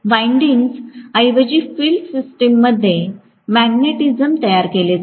windings ऐवजी field सिस्टममध्ये magnetism तयार केले जाते